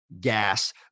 gas